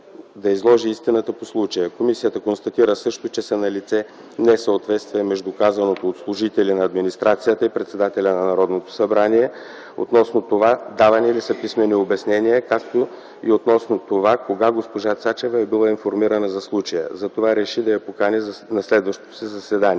да изложи истината по случая. Комисията констатира също, че са налице несъответствия между казаното от служители от администрацията и председателя на Народното събрание Цецка Цачева относно това давани ли са писмени обяснения, както и относно това кога госпожа Цачева е била информирана за случая, затова реши да я покани на следващото си заседание.